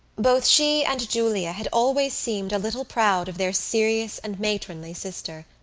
both she and julia had always seemed a little proud of their serious and matronly sister.